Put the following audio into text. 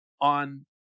on